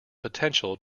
potential